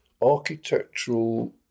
architectural